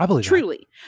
truly